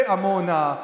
בעמונה,